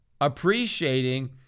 appreciating